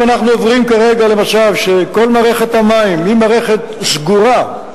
אנחנו עוברים כרגע למצב שכל מערכת המים היא מערכת סגורה,